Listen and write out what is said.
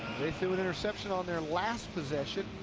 they threw an interception on their last possession.